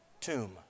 tomb